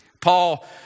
Paul